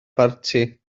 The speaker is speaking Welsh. parti